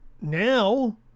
now